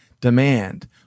demand